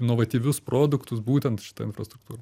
inovatyvius produktus būtent šita infrastruktūra